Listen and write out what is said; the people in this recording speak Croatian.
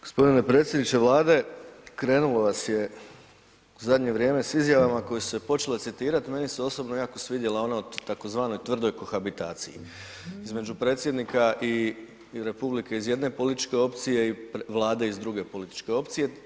G. predsjedniče Vlade, krenulo vas je u zadnje vrijeme sa izjavama koje su se počele citirat, meni se osobno jako svidjela ona o tzv. tvrdoj kohabitaciji između Predsjednika Republike iz jedne političke opcije i Vlade iz druge političke opcije.